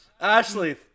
Ashley